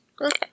Okay